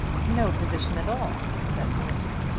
no position at all, said morton.